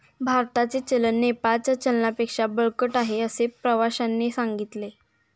भारताचे चलन नेपाळच्या चलनापेक्षा बळकट आहे, असे प्रवाश्याने सांगितले